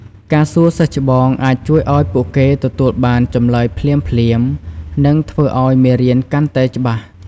ការសួរសិស្សច្បងអាចជួយឲ្យពួកគេទទួលបានចម្លើយភ្លាមៗ និងធ្វើឲ្យមេរៀនកាន់តែច្បាស់។